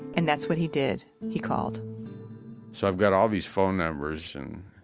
and that's what he did he called so i've got all these phone numbers. and